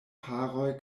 paroj